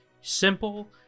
Simple